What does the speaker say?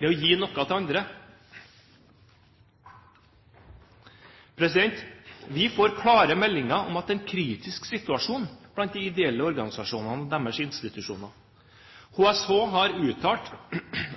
det å gi noe til andre. Vi får klare meldinger om at det er en kritisk situasjon blant de ideelle organisasjonene og deres institusjoner. HSH har uttalt